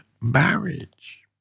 marriage